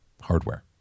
hardware